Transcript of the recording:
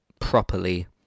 properly